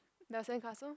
the sandcastle